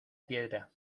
piedra